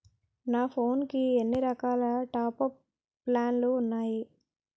నా ఫోన్ కి ఎన్ని రకాల టాప్ అప్ ప్లాన్లు ఉన్నాయి?